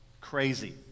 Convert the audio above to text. crazy